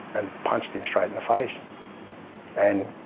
and punched him straight in the face and